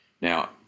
Now